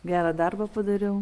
gerą darbą padariau